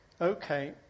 Okay